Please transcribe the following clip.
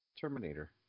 Terminator